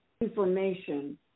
information